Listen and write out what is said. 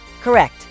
Correct